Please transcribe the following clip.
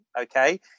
Okay